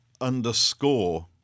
underscore